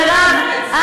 מירב,